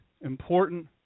important